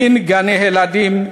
למן גני-ילדים,